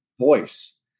voice